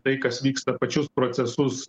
tai kas vyksta pačius procesus